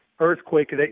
earthquake